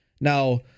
Now